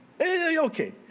Okay